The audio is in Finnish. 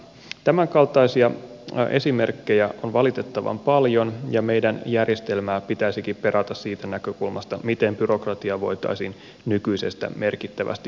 tämänkaltaisia esimerkkejä on valitettavan paljon ja meidän järjestelmää pitäisikin perata siitä näkökulmasta miten byrokratiaa voitaisiin nykyisestä merkittävästi vähentää